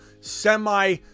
semi-